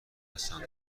هستند